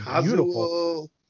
beautiful